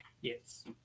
Yes